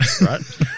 Right